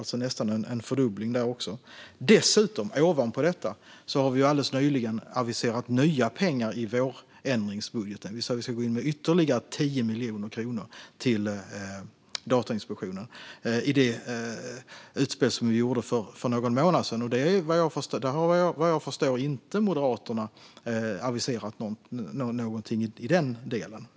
Det är nästan en fördubbling också där. Ovanpå detta har vi alldeles nyligen aviserat nya pengar i vårändringsbudgeten. Vi ska gå in med ytterligare 10 miljoner kronor till Datainspektionen i det utspel vi gjorde för någon månad sedan. Där har vad jag förstår Moderaterna inte aviserat någonting i den delen.